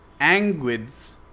anguids